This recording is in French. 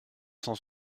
cent